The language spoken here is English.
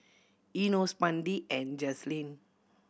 Enos Mandi and Jazlene